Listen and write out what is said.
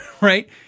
right